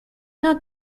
not